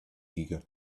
eager